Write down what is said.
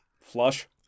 Flush